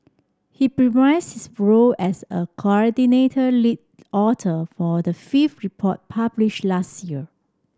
he reprised his role as a coordinated lead author for the fifth report publish last year